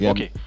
Okay